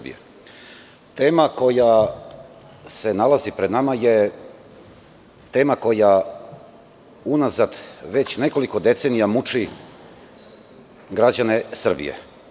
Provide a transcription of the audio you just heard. Tema koja se nalazi pred nama je tema koja unazad već nekoliko decenija muči građane Srbije.